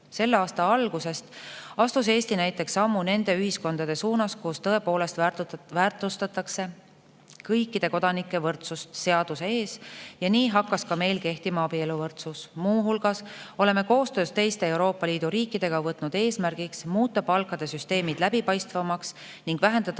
selle aasta alguses astus Eesti sammu nende ühiskondade suunas, kus tõepoolest väärtustatakse kõikide kodanike võrdsust seaduse ees, ja nii hakkas ka meil kehtima abieluvõrdsus. Muu hulgas oleme koostöös teiste Euroopa Liidu riikidega võtnud eesmärgiks muuta palkade süsteemid läbipaistvamaks ning vähendada